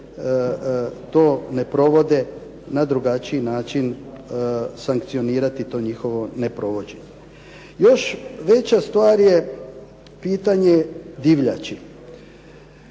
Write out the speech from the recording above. to ne provode na drugačiji način sankcionirati to njihovo neprovođenje. Još veća stvar je pitanje divljači.